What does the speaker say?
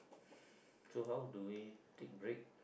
so how do we take break